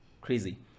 crazy